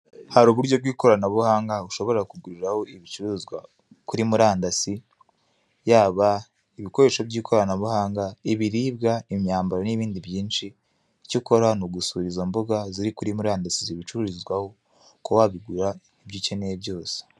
Hari uburyo bw'ikoranabuhanga ushobora kuguriraho ibicuruzwa kuri murandasi, yaba ibikoresho by'ikoranabuhanga, ibiribwa, imyambaro n'ibindi byinshi, icyo ukora ni ugusura izo mbuga ziri kuri murandasi zibicururizwaho, ukaba wagura ibyo ukeneye byose.